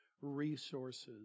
resources